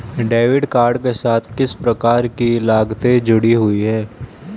Debit card के साथ किस प्रकार की लागतें जुड़ी हुई हैं?